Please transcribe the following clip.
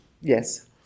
Yes